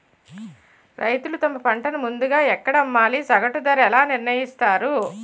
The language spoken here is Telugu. రైతులు తమ పంటను ముందుగా ఎక్కడ అమ్మాలి? సగటు ధర ఎలా నిర్ణయిస్తారు?